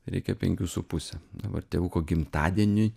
reikėjo penkių su puse dabar tėvuko gimtadieniui